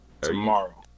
tomorrow